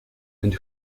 and